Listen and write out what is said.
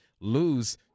Lose